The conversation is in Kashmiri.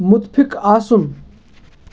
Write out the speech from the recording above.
مُتفِِق آسُن